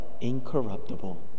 incorruptible